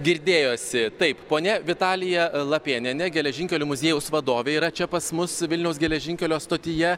girdėjosi taip ponia vitalija lapėnienė geležinkelių muziejaus vadovė yra čia pas mus vilniaus geležinkelio stotyje